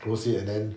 close it and then